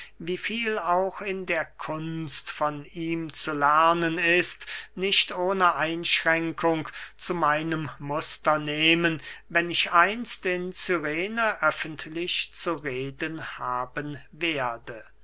viel auch in der kunst von ihm zu lernen ist nicht ohne einschränkung zu meinem muster nehmen wenn ich einst in cyrene öffentlich zu reden haben werde